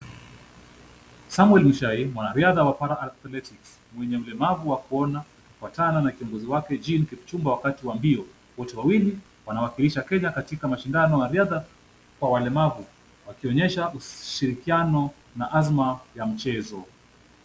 Samuel Mushai, mwanariadha wa paralympics mwenye ulemavu wa kuona wakifuatana na kiongozi wake Jean Kipchumba wakati wa mbio. Wote wawili wanawakilisha Kenya katika mashindano ya riadha kwa walemavu wakionyesha ushirikiano na azma ya mchezo.